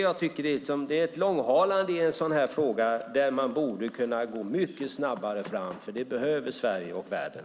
Jag tycker att det är ett långhalande i en sådan här fråga där man borde kunna gå mycket snabbare fram, för det behöver Sverige och världen.